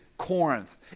Corinth